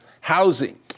housing